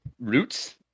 roots